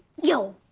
yo,